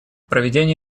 проведение